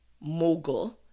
mogul